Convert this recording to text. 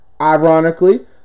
Ironically